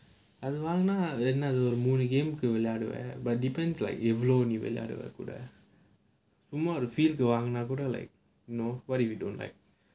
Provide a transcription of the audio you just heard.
அது வாங்குன அது என்ன அது ஒரு மூணு:adhu vaanguna adhu enna adhu oru moonu game கு விளையாடுவ:ku vilaiyaaduva but depends like if எவ்ளோ நீ விளையாடுவ கூட சும்மா ஒரு:evlo nee vilaiyaaduva kooda summaa oru feel கு விளையாடுன கூட:ku vilaiyaaduna kooda like you know what if you don't like